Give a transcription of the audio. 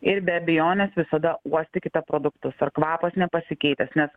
ir be abejonės visada uostykite produktus ar kvapas nepasikeitęs nes